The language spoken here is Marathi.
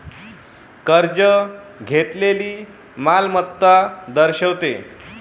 कर्ज घेतलेली मालमत्ता दर्शवते